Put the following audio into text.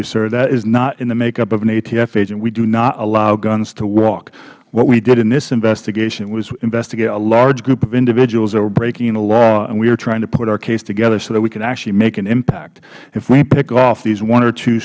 you sir that is not in the makeup of an atf agent we do not allow guns to walk what we did in this investigation was investigate a large group of individuals that were breaking the law and we were trying to put our case together so that we could actually make an impact if we pick off these one or t